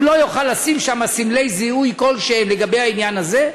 הוא לא יוכל לשים שם סמלי זיהוי כלשהם לגבי העניין הזה.